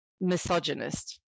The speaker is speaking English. misogynist